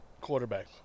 quarterback